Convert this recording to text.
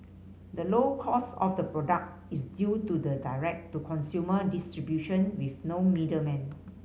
the low cost of the product is due to the direct to consumer distribution with no middlemen